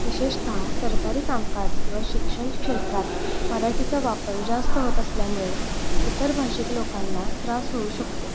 विशेषतः सरकारी कामकाज किंवा शिक्षण क्षेत्रात मराठीचा वापर जास्त होत असल्यामुळे इतर भाषिक लोकांना त्रास होऊ शकतो